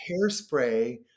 Hairspray